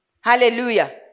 Hallelujah